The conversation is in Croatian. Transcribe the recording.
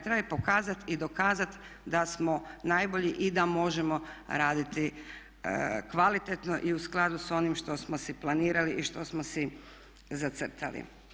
Treba i pokazati i dokazati da smo najbolji i da možemo raditi kvalitetno i u skladu s onim što smo si planirali i što smo si zacrtali.